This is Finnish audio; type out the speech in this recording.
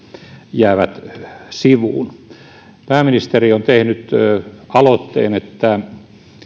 jäävät sivuun pääministeri on tehnyt aloitteen että